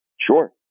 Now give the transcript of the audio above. Sure